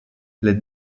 les